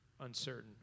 uncertain